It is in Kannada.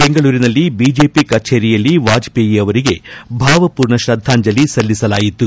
ಬೆಂಗಳೂರಿನಲ್ಲಿ ಬಿಜೆಪಿ ಕಚೇರಿಯಲ್ಲಿ ವಾಜಪೇಯಿ ಅವರಿಗೆ ಭಾವಪೂರ್ಣ ಶ್ರದ್ದಾಂಜಲಿ ಸಲ್ಲಿಸಲಾಯಿತು